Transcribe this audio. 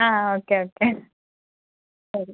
ആ okay okay ശരി